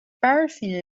paraffin